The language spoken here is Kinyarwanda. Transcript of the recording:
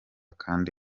kandi